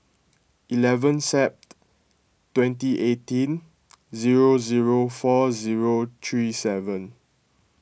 eleven Sep twenty eighteen zero zero four zero three seven